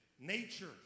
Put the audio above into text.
nature